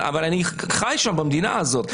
אני חי שם במדינה הזאת,